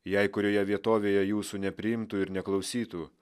jei kurioje vietovėje jūsų nepriimtų ir neklausytų